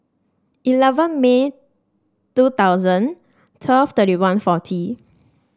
eleven May two thousand twelve thirty one forty